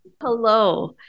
Hello